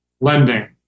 lending